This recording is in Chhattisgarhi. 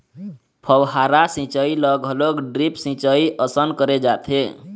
फव्हारा सिंचई ल घलोक ड्रिप सिंचई असन करे जाथे